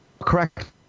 correct